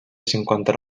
cinquanta